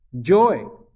Joy